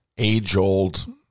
age-old